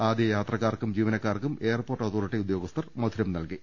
ആദ്യ യാത്രക്കാർക്കും ജീവനക്കാർക്കും എയർപോർട്ട് അതോറിറ്റി ഉദ്യോഗസ്ഥർ മധുരം നൽകി